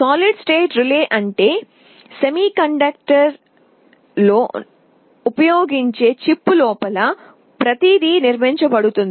solid state relay అంటే semiconductor పరికరాన్ని ఉపయోగించి చిప్ లోపల ప్రతిదీ నిర్మించబడుతుంది